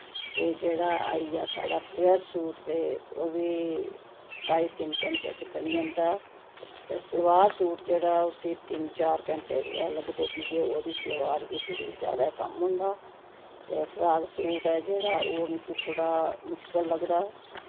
ते जेह्ड़ा आई आ साढ़ा फ्लेयर सूट ते ओह् बी ढाई तिन्न घैंटे च बनी जन्दा ते सलवार सूट जेह्ड़ा उस्सी तिन्न चार घैंटे गै लगदे की के ओह्दी सलवार गी थोह्ड़ी ज्यादे कम्म होंदा ते फ्राक सूट ऐ जेहड़ा ओह् मिगी थोह्ड़ा मुश्कल लगदा